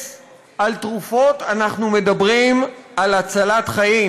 על תרופות אנחנו מדברים על הצלת חיים,